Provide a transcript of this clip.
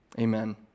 Amen